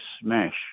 smash